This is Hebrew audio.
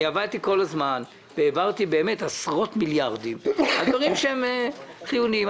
עבדתי כל הזמן והעברתי עשרות מיליארדים לדברים שהם חיוניים.